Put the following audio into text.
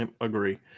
agree